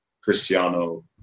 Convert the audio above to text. Cristiano